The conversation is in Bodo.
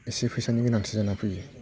एसे फैसानि गोनांथि जानानै फैयो